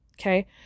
Okay